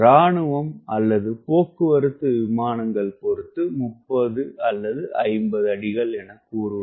இராணுவ அல்லது போக்குவரத்து விமானங்கள் பொறுத்து 30 அல்லது 50 அடிகள் எனக்கூறுவர்